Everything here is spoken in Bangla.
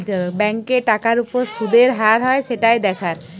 ব্যাংকে টাকার উপর শুদের হার হয় সেটাই দেখার